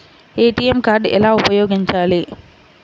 ATM card ఎలా ఉపయోగించాలి?